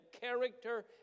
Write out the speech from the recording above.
character